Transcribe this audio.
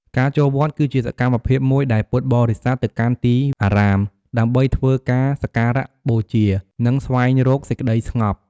ការចូលវត្ត គឺជាសកម្មភាពមួយដែលពុទ្ធបរិស័ទទៅកាន់ទីអារាម ដើម្បីធ្វើការសក្ការបូជា និងស្វែងរកសេចក្ដីស្ងប់។